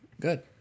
Good